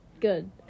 Good